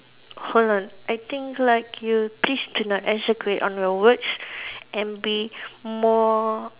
hold on I think like you please do not on your words and be more